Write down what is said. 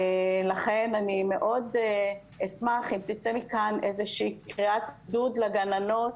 לכן אני מאוד אשמח אם תצא מכאן איזושהי קריאת עידוד לגננות